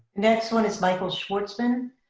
next one is michael schwarzmann.